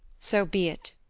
so be it.